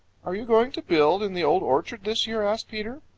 are you going to build in the old orchard this year? asked peter.